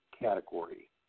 category